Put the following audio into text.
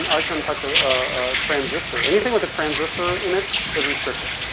i couldn't touch ah a transistor. anything with a transistor in it was restricted.